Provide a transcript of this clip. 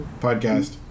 podcast